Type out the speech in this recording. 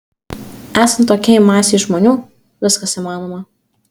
esant tokiai masei žmonių viskas įmanoma